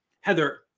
Heather